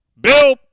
Bill